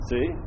See